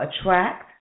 attract